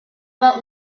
about